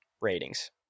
ratings